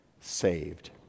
saved